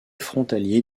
frontalier